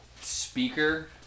speaker